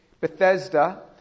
Bethesda